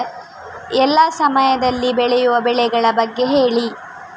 ಎಲ್ಲಾ ಸಮಯದಲ್ಲಿ ಬೆಳೆಯುವ ಬೆಳೆಗಳ ಬಗ್ಗೆ ಹೇಳಿ